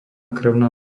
krvná